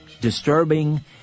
disturbing